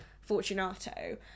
fortunato